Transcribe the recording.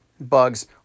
bugs